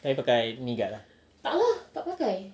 tu pakai knee guard eh